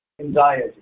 Anxiety